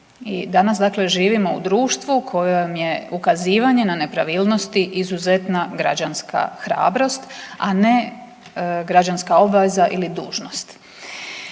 dakle živimo u društvu u kojem je ukazivanje na nepravilnosti izuzetna građanska hrabrost, a ne građanska obaveza ili dužnost.